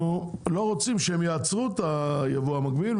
אנחנו לא רוצים שהם יעצרו את הייבוא המקביל,